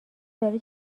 داره